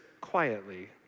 quietly